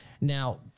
Now